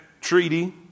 treaty